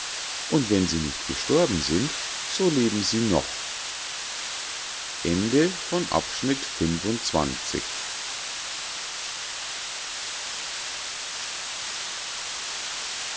und wenn sie nicht gestorben sind so leben sie noch